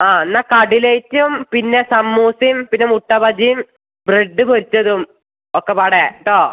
ആ എന്നാ കട്ലേറ്റും പിന്നെ സമൂസയും പിന്നെ മുട്ട ബജിയും ബ്രഡ്ഡ് പൊരിച്ചതും ഒക്കെപ്പാടെ കേട്ടോ